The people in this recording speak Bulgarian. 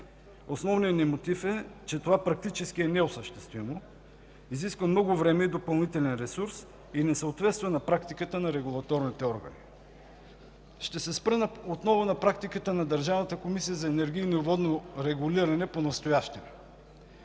Основният ни мотив е, че това практически е неосъществимо, изисква много време и допълнителен ресурс и не съответства на практиката на регулаторните органи. Ще се спра отново на практиката на Държавната комисия за енергийно и водно регулиране понастоящем.